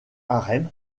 harem